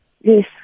Yes